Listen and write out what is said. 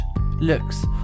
looks